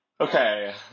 okay